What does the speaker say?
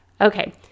Okay